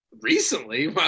Recently